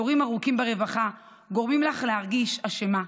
תורים ארוכים ברווחה גורמים לך להרגיש אשמה,